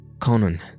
Conan